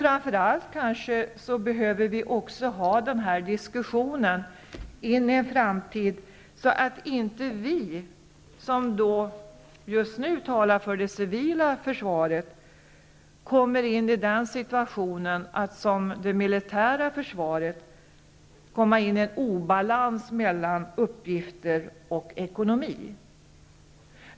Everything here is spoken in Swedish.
Framför allt behöver vi föra den här diskussionen också i en framtid, så att inte vi som just nu talar för det civila försvaret hamnar i samma situation som de som talar för det militära försvaret: att det blir en obalans mellan uppgifter och ekonomi.